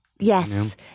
Yes